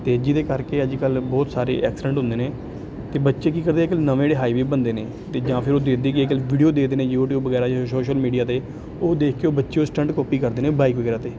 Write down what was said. ਅਤੇ ਜਿਹਦੇ ਕਰਕੇ ਅੱਜ ਕੱਲ੍ਹ ਬਹੁਤ ਸਾਰੇ ਐਕਸੀਡੈਂਟ ਹੁੰਦੇ ਨੇ ਅਤੇ ਬੱਚੇ ਕੀ ਕਰਦੇ ਅੱਜ ਕੱਲ੍ਹ ਨਵੇਂ ਜਿਹੜੇ ਹਾਈਵੇ ਬਣਦੇ ਨੇ ਤੇ ਜਾਂ ਫਿਰ ਉਹ ਦੇਖਦੇ ਕਿ ਵੀਡੀਓ ਦੇਖਦੇ ਨੇ ਯੂਟਿਊਬ ਵਗੈਰਾ ਸੋਸ਼ਲ ਮੀਡੀਆ 'ਤੇ ਉਹ ਦੇਖ ਕੇ ਉਹ ਬੱਚੇ ਉਹ ਸਟੰਟ ਕਾਪੀ ਕਰਦੇ ਨੇ ਬਾਈਕ ਵਗੈਰਾ 'ਤੇ